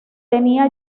tenía